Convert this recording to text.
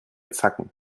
zacken